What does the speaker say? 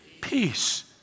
peace